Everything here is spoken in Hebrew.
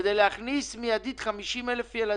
כדי להכניס מיידית 50,000 אלף ילדים.